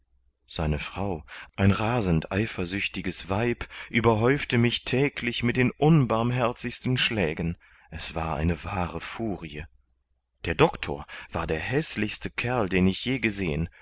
seine frau ein rasend eifersüchtiges weib überhäufte mich täglich mit den umbarmherzigsten schlägen es war eine wahre furie der doctor war der häßlichste kerl den ich je gesehen